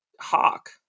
Hawk